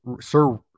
sir